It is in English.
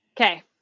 Okay